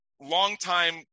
longtime